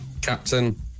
Captain